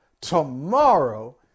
tomorrow